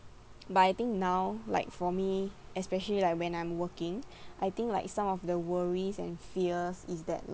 but I think now like for me especially like when I'm working I think like some of the worries and fears is that